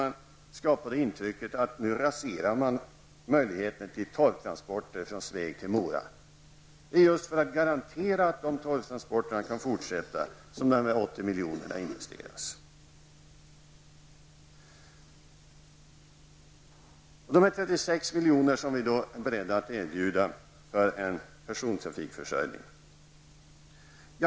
Nu skapas intrycket att man raserar möjligheterna för torvtransporter från Sveg till Mora. De 80 miljonerna har investerats just för att garantera en fortsättning av torvtransporterna. Sedan till de 36 milj.kr. som vi är beredda att erbjuda för persontrafikförsörjningen.